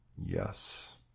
Yes